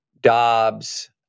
Dobbs